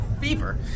fever